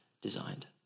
designed